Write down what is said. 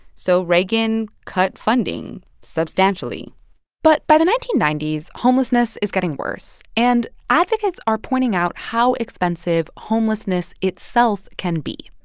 so reagan cut funding substantially but by the nineteen ninety s, homelessness is getting worse. and advocates are pointing out how expensive homelessness itself can be.